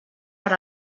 per